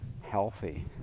healthy